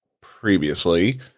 previously